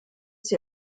sie